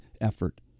effort